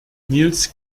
nils